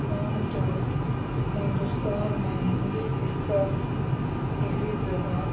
عام طور پر ہندوستان میں ہندی کے ساتھ ساتھ انگلش زبان